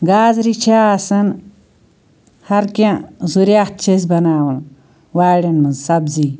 گازرِ چھِ آسان ہر کیٚنٛہہ ذُریَت چھِ أسۍ بَناوان واریٚن منٛز سَبزی